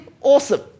awesome